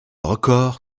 record